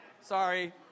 Sorry